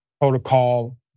protocol